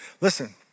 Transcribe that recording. Listen